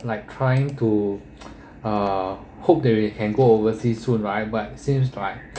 like trying to uh hope that we can go overseas soon right but seems like